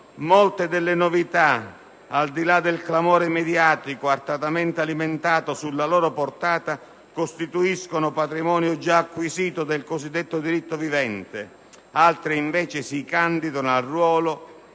«Molte delle novità, al di là del clamore mediatico artatamente alimentato sulla loro portata, costituiscono patrimonio già acquisito del cosiddetto diritto vivente; altre, invece, si candidano al ruolo